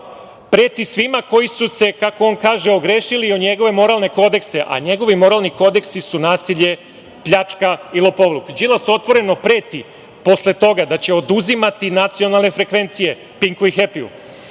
preti svima koji su se, kako on kaže, ogrešili o njegove moralne kodekse, a njegovi moralni kodeksi su nasilje, pljačka i lopovluk. Đilas otvoreno preti, posle toga, da će oduzimati nacionalne frekvencije, „Pinku“ i „Hepiju“.Na